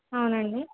అవునండి